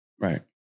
right